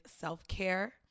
self-care